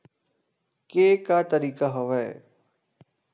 के का तरीका हवय?